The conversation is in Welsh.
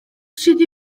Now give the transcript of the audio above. sydd